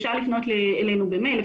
אפשר לפנות אלינו במייל,